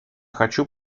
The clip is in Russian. хочу